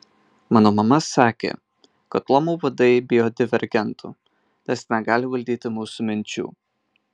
mano mama sakė kad luomų vadai bijo divergentų nes negali valdyti mūsų minčių